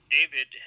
David